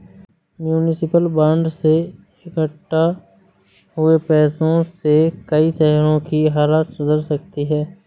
municipal bond से इक्कठा हुए पैसों से कई शहरों की हालत सुधर सकती है